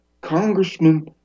Congressman